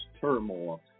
turmoil